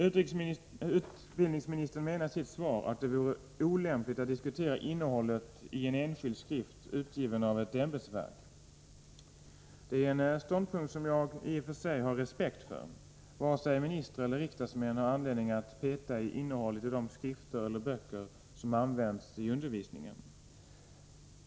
Utbildningsministern säger i sitt svar att det vore olämpligt att diskutera innehållet i en enskild skrift, utgiven av ett ämbetsverk. Det är en ståndpunkt som jag i och för sig har respekt för. Varken ministrar eller riksdagsmän har anledning att peta i innehållet i de skrifter eller böcker som används i undervisningen.